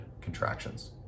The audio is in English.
contractions